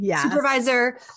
supervisor